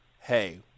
Hey